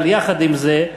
אבל יחד עם זה,